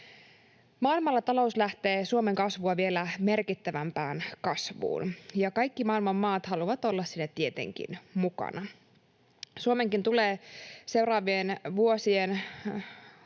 Maailmalla talous lähtee Suomen kasvua vielä merkittävämpään kasvuun, ja kaikki maailman maat haluavat olla siinä tietenkin mukana. Suomenkin tulee seuraavien vuosien